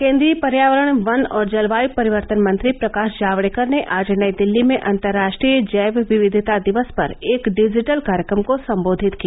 केन्द्रीय पर्यावरण वन और जलवायु परिवर्तन मंत्री प्रकाश जावडेकर ने आज नई दिल्ली में अंतरराष्ट्रीय जैव विविधता दिवस पर एक डिजिटल कार्यक्रम को संबोधित किया